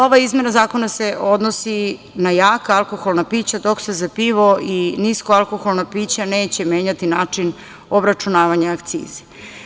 Ova izmena zakona se odnosi na jaka alkoholna pića, dok se za pivo niska alkoholna pića neće menjati način obračunavanja akcize.